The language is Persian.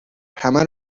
همه